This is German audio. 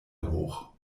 hoch